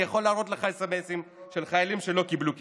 אני יכול להראות לך סמ"סים של חיילים שלא קיבלו כסף.